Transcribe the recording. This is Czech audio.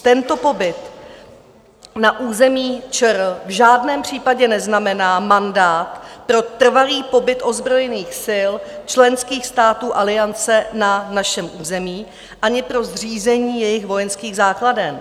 Tento pobyt na území ČR v žádném případě neznamená mandát pro trvalý pobyt ozbrojených sil členských států Aliance na našem území ani pro zřízení jejich vojenských základen.